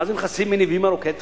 מה זה נכסים מניבים ארוכי טווח?